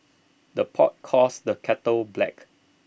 the pot calls the kettle black